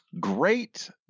Great